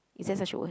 is there a word